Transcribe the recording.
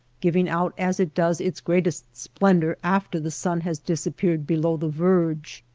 giving out as it does its greatest splendor after the sun has disappeared below the verge.